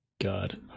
god